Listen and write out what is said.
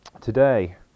today